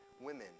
women